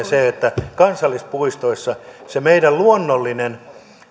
se että kansallispuistoissa se meidän luonnollinen